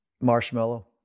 Marshmallow